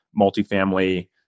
multifamily